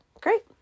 great